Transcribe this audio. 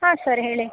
ಹಾಂ ಸರ್ ಹೇಳಿ